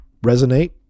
resonate